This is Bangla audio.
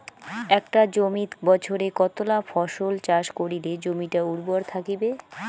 একটা জমিত বছরে কতলা ফসল চাষ করিলে জমিটা উর্বর থাকিবে?